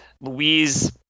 Louise